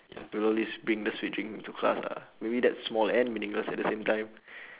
you know at least bring the sweet drinks to class lah maybe that's small and meaningless at the same time